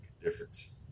difference